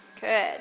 Good